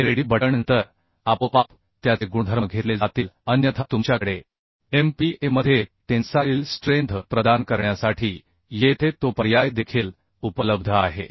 हे radio button नंतर आपोआप त्याचे गुणधर्म घेतले जातील अन्यथा तुमच्याकडे MPa मध्ये टेन्साइल स्ट्रेंथ प्रदान करण्यासाठी येथे तो पर्याय देखील उपलब्ध आहे